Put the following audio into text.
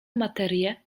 materię